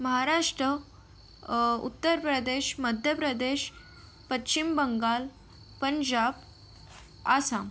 Maharashtra Uttar Pradesh Madhya Pradesh Paschim Bengal Punjab Assam